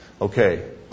Okay